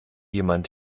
jemand